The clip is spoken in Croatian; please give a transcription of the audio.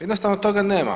Jednostavno toga nema.